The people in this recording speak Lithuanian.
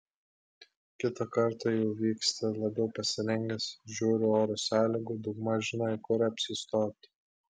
kitą kartą jau vyksti labiau pasirengęs žiūri oro sąlygų daugmaž žinai kur apsistoti